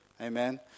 Amen